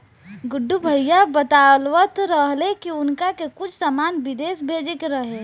गुड्डू भैया बतलावत रहले की उनका के कुछ सामान बिदेश भेजे के रहे